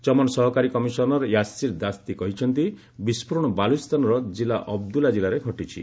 ଚମନ ସହକାରୀ କମିଶନର ୟାସିର୍ ଦାସ୍ତି କହିଛନ୍ତି ବିସ୍ଫୋରଣ ବାଲ୍ଚିସ୍ତାନର କିଲ୍ଲା ଅବଦୁଲ୍ଲା କିଲ୍ଲାରେ ଘଟିଛି